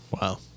Wow